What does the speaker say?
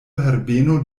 herbeno